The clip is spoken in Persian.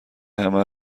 همه